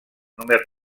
només